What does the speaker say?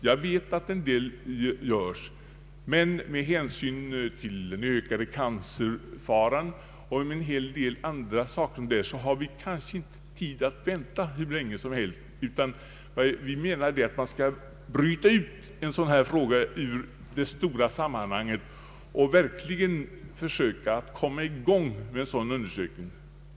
Jag vet att en del görs, men med hänsyn till den ökade cancerfaran och en hel del andra saker har vi kanske inte tid att vänta hur länge som helst. Vi anser att man måste bryta ut en sådan här fråga ur det stora sammanhanget och verkligen komma i gång med en undersökning.